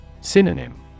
Synonym